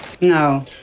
No